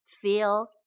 feel